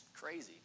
crazy